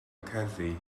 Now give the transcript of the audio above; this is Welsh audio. cerddi